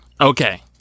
okay